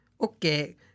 Okay